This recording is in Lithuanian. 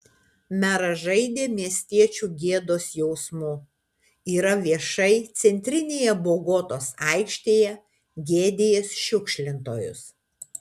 meras žaidė miestiečių gėdos jausmu yra viešai centrinėje bogotos aikštėje gėdijęs šiukšlintojus